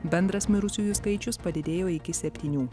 bendras mirusiųjų skaičius padidėjo iki septynių